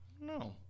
No